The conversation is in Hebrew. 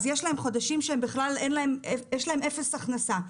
אז יש להם חודשים שיש להם אפס הכנסה.